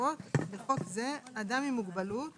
הגדרות1.בחוק זה - ״אדם עם מוגבלות״